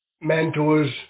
mentors